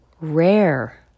rare